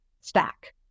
stack